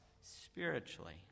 spiritually